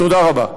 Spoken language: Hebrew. תודה רבה.